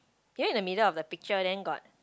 you look in the middle of the picture then got